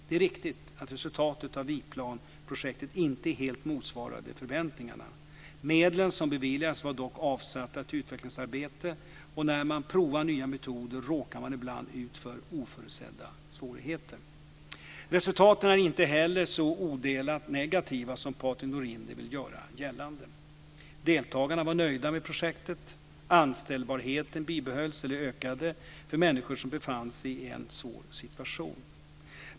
Det är riktigt att resultatet av Viplanprojektet inte helt motsvarade förväntningarna. Medlen som beviljades var dock avsatta till utvecklingsarbete, och när man provar nya metoder råkar man ibland ut för oförutsedda svårigheter. Resultaten är inte heller så odelat negativa som Patrik Norinder vill göra gällande. Deltagarna var nöjda med projektet. Anställbarheten bibehölls eller ökades för människor som befann sig i en svår situation.